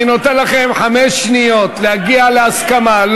אני נותן לכם חמש שניות להגיע להסכמה.